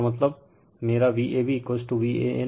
इसका मतलब मेरा VabVan Vbn